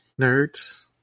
nerds